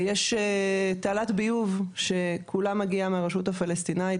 ישנה תעלת ביוב שכולה מגיעה מהרשות הפלסטינאית,